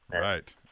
Right